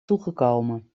toegekomen